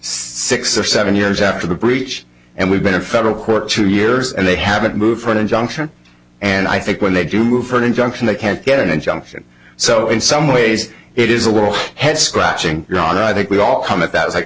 six or seven years after the breach and we've been in federal court two years and they haven't moved for an injunction and i think when they do move for an injunction they can't get an injunction so in some way yes it is a little head scratching your honor i think we all come at that like